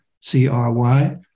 C-R-Y